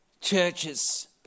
Churches